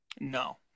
No